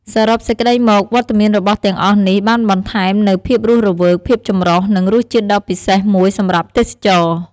សរុបសេចក្តីមក វត្តមានរបស់ទាំងអស់នេះបានបន្ថែមនូវភាពរស់រវើក ភាពចម្រុះ និងរសជាតិដ៏ពិសេសមួយសម្រាប់ទេសចរ។